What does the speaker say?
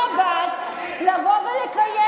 על היכולת של מנסור עבאס לבוא ולקיים